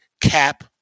cap